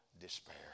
despair